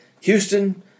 Houston